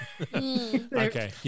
okay